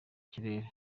kirere